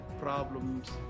problems